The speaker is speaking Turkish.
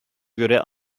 göre